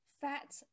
Fat